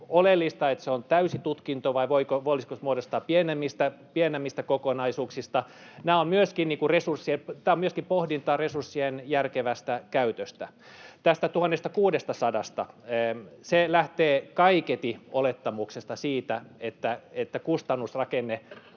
oleellista, että se on täysi tutkinto, vai voisiko sen muodostaa pienemmistä kokonaisuuksista? Tämä on myöskin pohdintaa resurssien järkevästä käytöstä. Tästä 1 600:sta: Se lähtee kaiketi siitä olettamuksesta, että kustannusrakenne